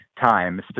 time